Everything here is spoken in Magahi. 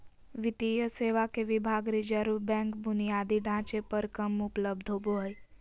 वित्तीय सेवा के विभाग रिज़र्व बैंक बुनियादी ढांचे पर कम उपलब्ध होबो हइ